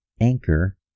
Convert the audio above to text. Anchor